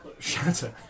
Shatter